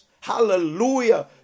Hallelujah